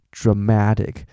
dramatic，